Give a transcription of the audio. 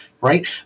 right